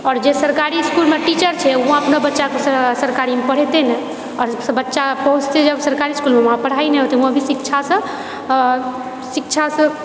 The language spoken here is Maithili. आओर जे सरकारी इसकुलमे टीचर छै वहाँ अपना बच्चाकेँ सरकारीमे पढ़ेतै नहि आओर बच्चा पहुँचतै जब सरकारी इसकुलमे वहाँ पढ़ाइ नहि होतै ओ शिक्षासँ आ शिक्षासँ